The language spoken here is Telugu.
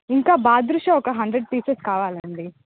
ఇంకా బాదుషా ఒక హండ్రెడ్ పీసెస్ కావాలండి